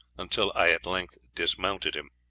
until i at length dismounted him.